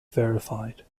verified